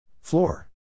Floor